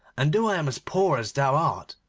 and though i am as poor as thou art,